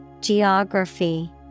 Geography